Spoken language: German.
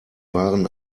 waren